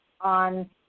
on